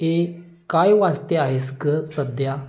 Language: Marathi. ए काय वाचते आहेस गं सध्या